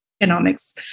economics